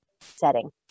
setting